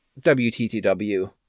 WTTW